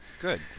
good